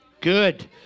Good